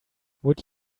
would